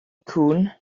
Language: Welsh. cŵn